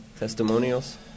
Testimonials